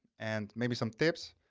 and maybe some tips,